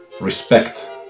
respect